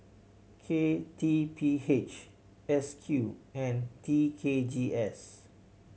K T P H S Q and T K G S